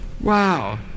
Wow